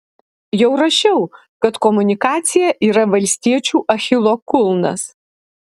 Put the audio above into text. jau rašiau kad komunikacija yra valstiečių achilo kulnas